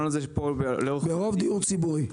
ברוב דיור ציבורי.